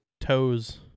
toes